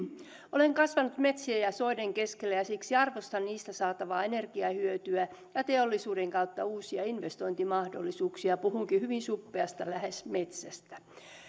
olen kasvanut metsien ja soiden keskellä ja ja siksi arvostan niistä saatavaa energiahyötyä ja teollisuuden kautta uusia investointimahdollisuuksia puhunkin hyvin suppeasti lähes metsästä